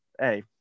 hey